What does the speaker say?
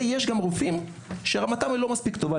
ויש גם רופאים שרמתם להתמחות לא מספיק טובה.